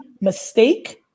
mistake